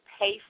pay